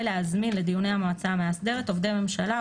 להזמין לדיוני המועצה המאסדרת עובדי ממשלה,